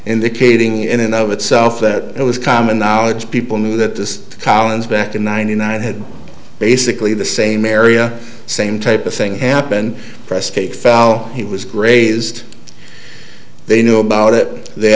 indicating in and of itself that it was common knowledge people knew that this collin's back in ninety nine had basically the same area same type of thing happen press cake fell he was raised they knew about it they